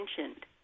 mentioned